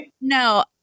No